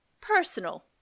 personal